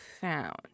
found